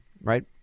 right